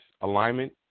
alignment